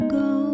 go